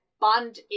Bond